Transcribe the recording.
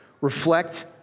reflect